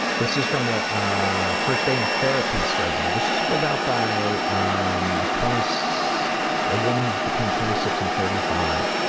this is from the ah first day in therapy survey, this is filled out by um a twenty-s so a woman who's between twenty six and thirty five.